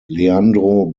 leandro